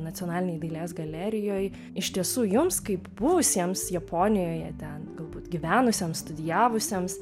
nacionalinėj dailės galerijoj iš tiesų jums kaip buvusiems japonijoje ten galbūt gyvenusiems studijavusiems